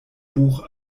buch